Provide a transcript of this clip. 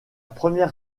première